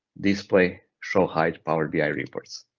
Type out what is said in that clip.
display, show hide power bi reports.